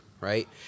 right